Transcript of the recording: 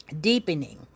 deepening